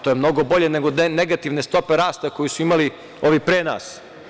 To je mnogo bolje od negativne stope rasta koje su imali ovi pre nas.